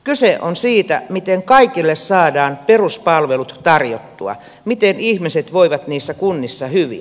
kyse on siitä miten kaikille saadaan peruspalvelut tarjottua miten ihmiset voivat niissä kunnissa hyvin